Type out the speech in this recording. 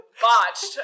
Botched